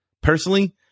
personally